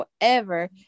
forever